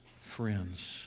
friends